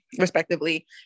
respectively